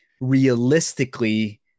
realistically